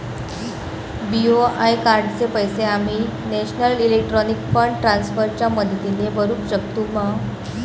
BOI कार्डाचे पैसे आम्ही नेशनल इलेक्ट्रॉनिक फंड ट्रान्स्फर च्या मदतीने भरुक शकतू मा?